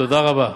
תודה רבה.